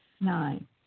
Nine